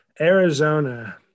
arizona